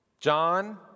John